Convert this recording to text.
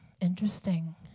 interesting